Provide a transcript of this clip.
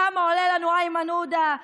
כמה עולה לנו איימן עודה?